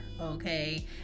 okay